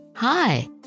Hi